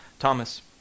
Thomas